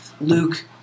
Luke